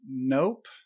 Nope